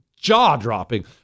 jaw-dropping